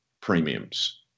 premiums